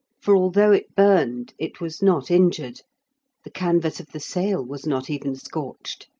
for although it burned it was not injured the canvas of the sail was not even scorched.